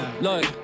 Look